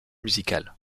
musicales